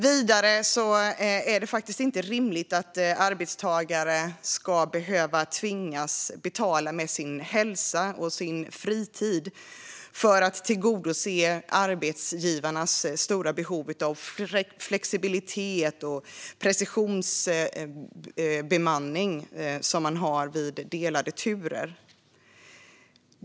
Vidare är det inte rimligt att arbetstagare ska tvingas betala med sin hälsa och sin fritid för att tillgodose arbetsgivarnas stora behov av flexibilitet och precisionsbemanning, som vid delade turer.